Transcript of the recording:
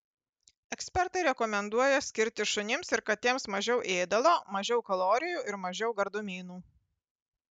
ekspertai rekomenduoja skirti šunims ir katėms mažiau ėdalo mažiau kalorijų ir mažiau gardumynų